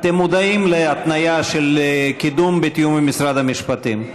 אתם מודעים להתניה של קידום בתיאום עם משרד המשפטים?